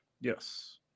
Yes